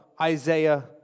Isaiah